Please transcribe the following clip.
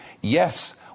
Yes